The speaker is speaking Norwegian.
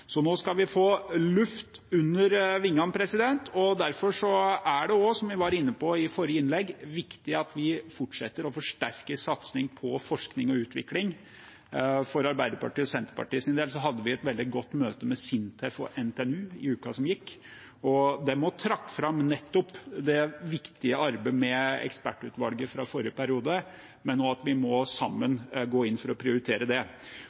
i forrige innlegg, viktig at vi fortsetter å forsterke satsingen på forskning og utvikling. For Arbeiderpartiet og Senterpartiets del hadde vi et veldig godt møte med SINTEF og NTNU i uken som gikk. De trakk også fram det viktige arbeidet til ekspertutvalget fra forrige periode, men at vi må sammen gå inn for å prioritere det.